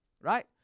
right